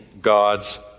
God's